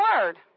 word